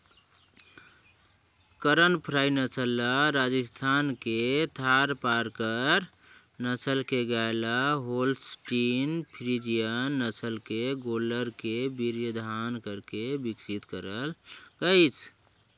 करन फ्राई नसल ल राजस्थान के थारपारकर नसल के गाय ल होल्सटीन फ्रीजियन नसल के गोल्लर के वीर्यधान करके बिकसित करल गईसे